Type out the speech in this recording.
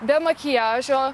be makiažo